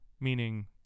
Meaning